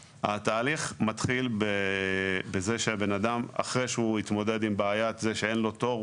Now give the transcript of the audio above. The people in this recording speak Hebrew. התהליך מתחיל בזה שאחרי שהאדם התמודד עם זה שאין לו תור,